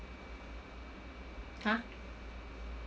!huh!